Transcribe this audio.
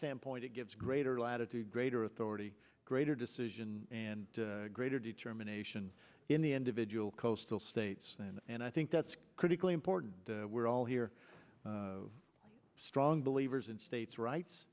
standpoint it gives greater latitude greater authority greater decision and greater determination in the individual coastal states and i think that's critically important we're all here strong believers in states rights